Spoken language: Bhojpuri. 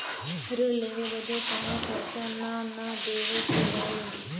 ऋण लेवे बदे कउनो खर्चा ना न देवे के होई?